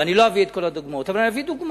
ואני לא אביא את כל הדוגמאות, אבל אני אביא דוגמה.